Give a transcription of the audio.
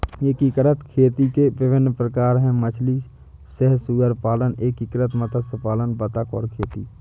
एकीकृत खेती के विभिन्न प्रकार हैं मछली सह सुअर पालन, एकीकृत मत्स्य पालन बतख और खेती